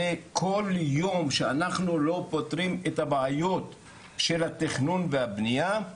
וכל יום שאנחנו לא פותרים את הבעיות של התכנון והבנייה,